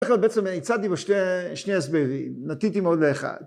‫בכלל בעצם הצעתי לו שני הסברים, ‫נטיתי מאוד לאחד.